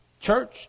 church